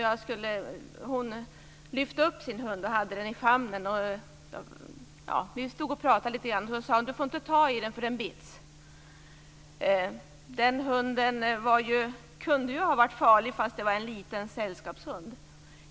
Hon lyfte upp sin hund i famnen och sade: Du får inte ta i den, för den bits. Den hunden kunde ju ha varit farlig, fast det var en liten sällskapshund.